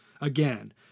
Again